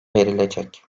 verilecek